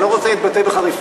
אני לא רוצה להתבטא בחריפות,